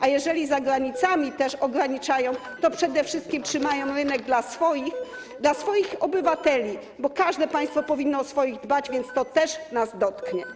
A jeżeli za granicami też stosują ograniczenia, to przede wszystkim trzymają rynek dla swoich obywateli, bo każde państwo powinno o swoich dbać, więc to też nas dotknie.